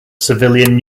civilian